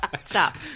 Stop